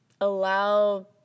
allow